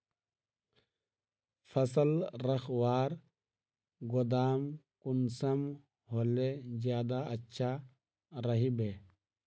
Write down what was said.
फसल रखवार गोदाम कुंसम होले ज्यादा अच्छा रहिबे?